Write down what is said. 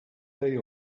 day